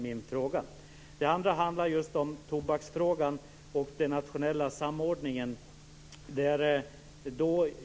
Sedan handlar det om tobaksfrågan och den nationella samordningen.